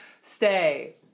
stay